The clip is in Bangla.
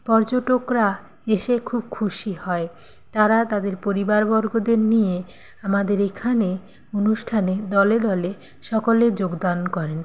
পর্যটকরা এসে খুব খুশি হয় তারা তাদের পরিবারবর্গদের নিয়ে আমাদের এখানে অনুষ্ঠানে দলে দলে সকলে যোগদান করেন